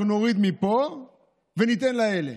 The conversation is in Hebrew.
אנחנו נוריד מפה וניתן לאלה.